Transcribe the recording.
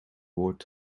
woord